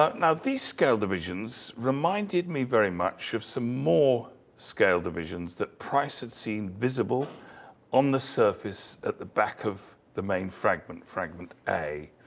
but now these scale divisions reminded me very much of some more scale divisions that price had seen visible on the surface at the back of main fragment, fragment a.